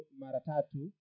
maratatu